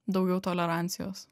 daugiau tolerancijos